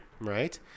Right